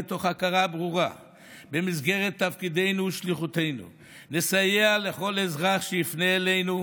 מתוך הכרה ברורה במסגרת תפקידנו ושליחותנו לסייע לכל אזרח שיפנה אלינו,